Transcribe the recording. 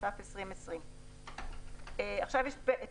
התש"ף 2020‏;";